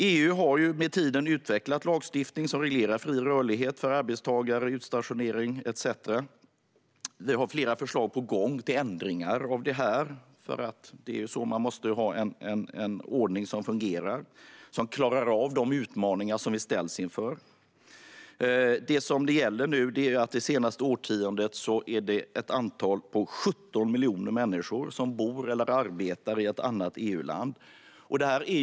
EU har ju med tiden utvecklat lagstiftning som reglerar fri rörlighet för arbetstagare, utstationering etcetera. Man har flera förslag på gång till ändringar av det här. Det är ju så - man måste ha en ordning som fungerar, som klarar av de utmaningar som vi ställs inför. Det som det gäller nu är att det senaste årtiondet har antalet människor som bor eller arbetar i ett annat EU-land blivit 17 miljoner.